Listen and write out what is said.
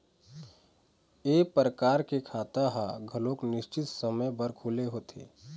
ए परकार के खाता ह घलोक निस्चित समे बर खुले होथे